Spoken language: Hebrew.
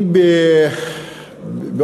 גברתי היושבת-ראש,